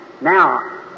Now